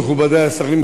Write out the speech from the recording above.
מכובדי השרים,